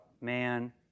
man